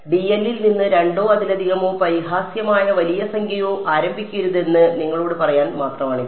dl ൽ നിന്ന് രണ്ടോ അതിലധികമോ പരിഹാസ്യമായ വലിയ സംഖ്യയോ ആരംഭിക്കരുതെന്ന് നിങ്ങളോട് പറയാൻ മാത്രമാണിത്